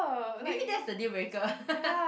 maybe that's the dealbreaker